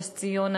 נס-ציונה,